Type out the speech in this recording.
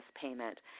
payment